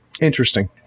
Interesting